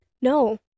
No